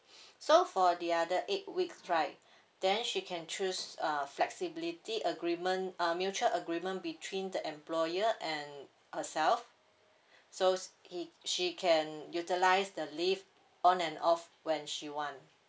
so for the other eight weeks right then she can choose uh flexibility agreement uh mutual agreement between the employer and herself so he she can utilise the leave on and off when she want